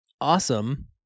awesome